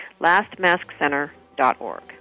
lastmaskcenter.org